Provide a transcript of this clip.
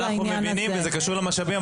אנחנו מבינים שזה קשור למשאבים,